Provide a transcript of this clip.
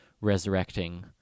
resurrecting